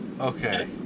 Okay